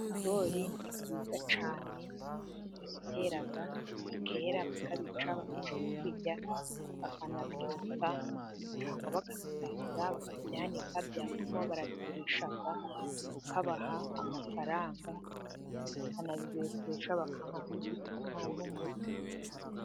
Ibigori ni byiza cyane, barabitera bikera bakabica bakajya kubirya bakanabyotsa, bikabaha amafaranga bakabisarura bikuma, byakuma baragurisha bakabaha amafaranga, bakanabibetesha bakanywa n'igikoma n'umutsima.